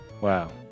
Wow